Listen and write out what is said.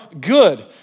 good